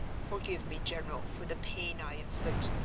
forgive me, general, for the pain i inflict.